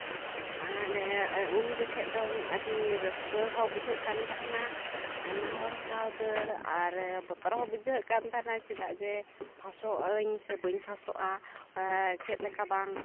ᱦᱟᱱᱮ ᱩᱱ ᱡᱚᱠᱷᱮᱡ ᱫᱚ ᱟᱹᱰᱤ ᱨᱟᱹᱥᱠᱟᱹ ᱦᱚᱸ ᱵᱩᱡᱷᱟᱹᱜ ᱠᱟᱱ ᱛᱟᱦᱮᱱᱟ ᱟᱭᱢᱟ ᱦᱚᱲ ᱥᱟᱶ ᱫᱟᱹᱲ ᱟᱨ ᱵᱚᱛᱚᱨ ᱦᱚᱸ ᱵᱩᱡᱷᱟᱹᱜ ᱠᱟᱱ ᱛᱟᱦᱮᱱᱟ ᱪᱮᱫᱟᱜ ᱡᱮ ᱯᱷᱟᱥᱚᱜᱼᱟᱹᱧ ᱥᱮ ᱵᱟᱹᱧ ᱯᱷᱟᱥᱚᱜᱼᱟ ᱪᱮᱫᱞᱮᱠᱟ ᱵᱟᱝ